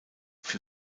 für